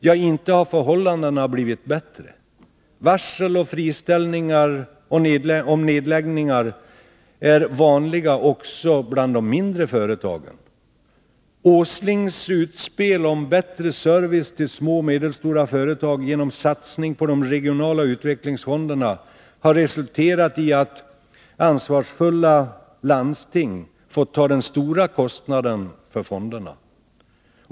Ja, inte har förhållandena för dem blivit bättre. Varsel om friställningar och nedläggningar är vanliga också bland de mindre företagen. Nils Åslings utspel om bättre service till små och medelstora företag genom satsning på de regionala utvecklingsfonderna har resulterat i att ansvarsfulla landsting fått ta den stora kostnaden för fonderna.